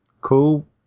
cool